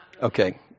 Okay